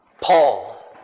Paul